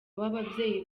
ababyeyi